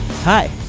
Hi